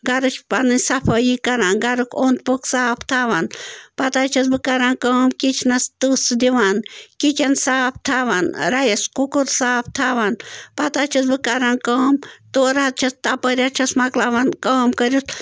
گَرٕچ پَنٕنۍ صفٲیی کَران گَرُک اوٚنٛد پوٚکھ صاف تھاوان پتہٕ حظ چھَس بہٕ کَران کٲم کِچنَس تٕژھ دِوان کِچَن صاف تھاوان رایِس کُکُر صاف تھاوان پتہٕ حظ چھَس بہٕ کَران کٲم تورٕ حظ چھَس تَپٲرۍ حظ چھَس مۄکلاوان کٲم کٔرِتھ